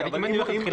יש כאן כמה